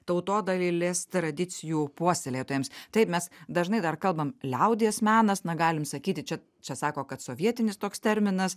tautodailės tradicijų puoselėtojams taip mes dažnai dar kalbam liaudies menas na galime sakyti čia čia sako kad sovietinis toks terminas